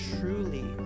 truly